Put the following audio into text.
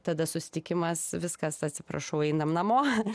tada susitikimas viskas atsiprašau einam namo